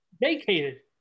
vacated